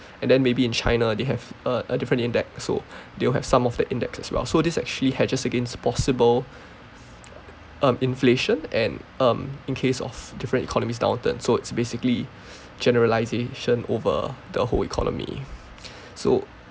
and then maybe in china they have a a different index so they'll have some of the index as well so this actually hatches against possible um inflation and um in case of different economies downturn so it's basically generalisation over the whole economy so